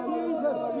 Jesus